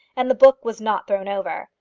and the book was not thrown over,